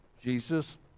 Jesus